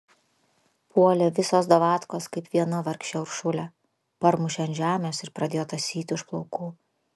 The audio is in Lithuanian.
puolė visos davatkos kaip viena vargšę uršulę parmušė ant žemės ir pradėjo tąsyti už plaukų